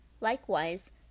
Likewise